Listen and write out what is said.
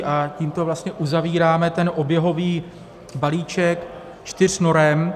A tímto vlastně uzavíráme ten oběhový balíček čtyř norem.